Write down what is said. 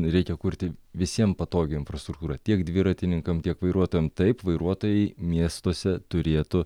reikia kurti visiem patogią infrastruktūrą tiek dviratininkam tiek vairuotojam taip vairuotojai miestuose turėtų